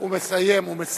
הוא מסיים, הוא מסיים.